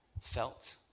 felt